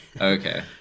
Okay